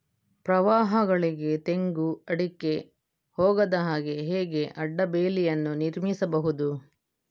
ಪ್ರವಾಹಗಳಿಗೆ ತೆಂಗು, ಅಡಿಕೆ ಹೋಗದ ಹಾಗೆ ಹೇಗೆ ಅಡ್ಡ ಬೇಲಿಯನ್ನು ನಿರ್ಮಿಸಬಹುದು?